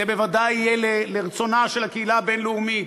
זה בוודאי יהיה לרצונה של הקהילה הבין-לאומית,